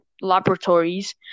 laboratories